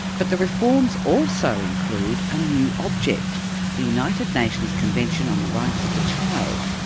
but the reforms also include a new object the united nations convention on the rights of the child,